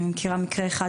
אני מכירה מקרה אחד,